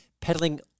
peddling